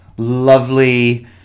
lovely